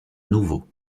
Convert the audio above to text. nouveau